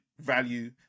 value